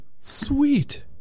Sweet